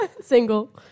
Single